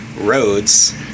Roads